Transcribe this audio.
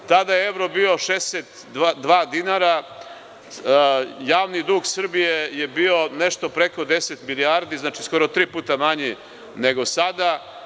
Tada je evro bio 62 dinara, javni dug Srbije je bio nešto preko deset milijardi, znači, skoro tri puta manji nego sada.